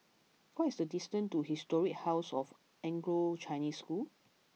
what is the distance to Historic House of Anglo Chinese School